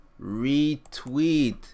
Retweet